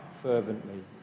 fervently